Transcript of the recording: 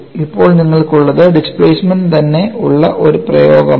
ഇപ്പോൾ നിങ്ങൾക്കുള്ളത് ഡിസ്പ്ലേമെൻറ് തന്നെ ഉള്ള ഒരു പ്രയോഗമാണ്